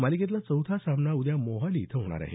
मालिकेतला चौथा सामना उद्या मोहाली इथं होणार आहे